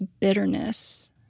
bitterness